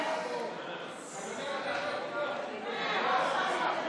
להעביר לוועדה את הצעת חוק הרשתות החברתיות,